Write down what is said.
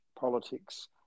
politics